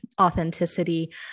authenticity